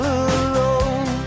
alone